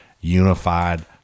Unified